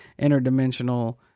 interdimensional